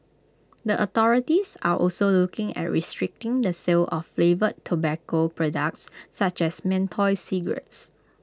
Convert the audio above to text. the authorities are also looking at restricting the sale of flavoured tobacco products such as menthol cigarettes